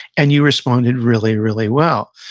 and you responded really, really well.